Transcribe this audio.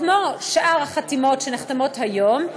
כמו שאר החתימות שנחתמות היום,